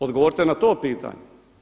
Odgovorite na to pitanje.